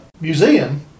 museum